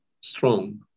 strong